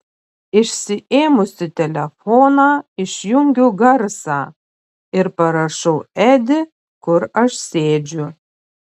išsiėmusi telefoną išjungiu garsą ir parašau edi kur aš sėdžiu